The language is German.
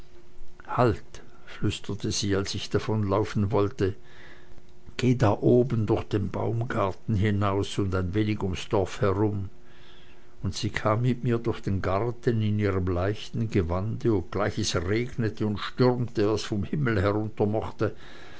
halt flüsterte sie als ich davonlaufen wollte geh da oben durch den baumgarten hinaus und ein wenig ums dorf herum und sie kam mit mir durch den garten in ihrem leichten gewande obgleich es regnete und stürmte was vom himmel heruntermochte